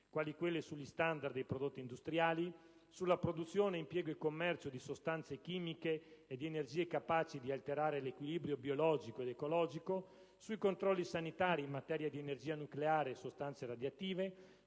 quali quelle sugli standard dei prodotti industriali, sulla produzione, impiego e commercio di sostanze chimiche e di energie capaci di alterare l'equilibrio biologico ed ecologico, sui controlli sanitari in materia di energia nucleare e sostanze radioattive,